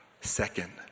Second